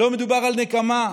לא מדובר על נקמה,